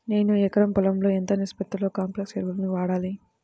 నేను ఎకరం పొలంలో ఎంత నిష్పత్తిలో కాంప్లెక్స్ ఎరువులను వాడాలి?